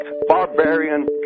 barbarian